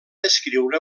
escriure